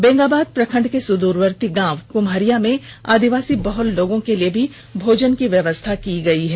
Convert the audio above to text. बेंगाबाद प्रखंड के सुदूरवर्ती गाँव कुम्हरिया में आदिवासी बहल लोगों के लिए भी भोजन की व्यवस्था की गई है